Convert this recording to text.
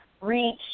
reach